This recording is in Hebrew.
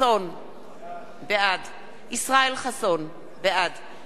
בעד ישראל חסון, בעד שי חרמש,